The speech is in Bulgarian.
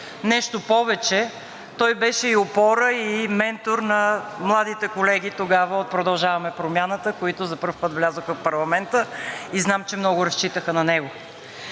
Нещо повече, той беше и опора, и ментор на младите колеги тогава от „Продължаваме Промяната“, които за пръв път влязоха в парламента, и знам, че много разчитаха на него.